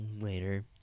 later